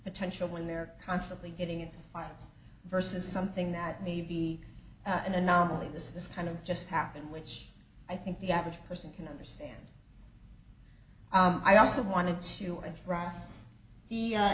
potential when they're constantly getting into fights versus something that may be an anomaly this is kind of just happened which i think the average person can understand i also wanted to and frys the